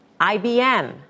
IBM